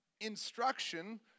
instruction